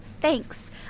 Thanks